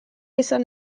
izan